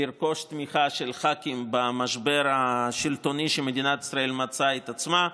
לרכוש תמיכה של ח"כים במשבר השלטוני שמדינת ישראל מצאה את עצמה בו.